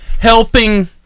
helping